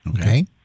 Okay